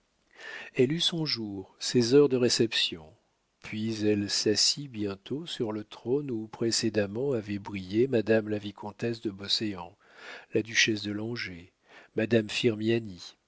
elle eut son jour ses heures de réception puis elle s'assit bientôt sur le trône où précédemment avaient brillé madame la vicomtesse de beauséant la duchesse de langeais madame